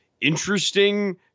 interesting